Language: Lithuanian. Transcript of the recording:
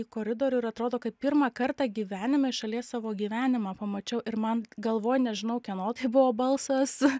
į koridorių ir atrodo kaip pirmą kartą gyvenime iš šalies savo gyvenimą pamačiau ir man galvoj nežinau kieno tai buvo balsas